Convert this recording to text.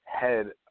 head